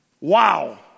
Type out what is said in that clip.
Wow